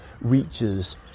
reaches